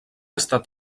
estat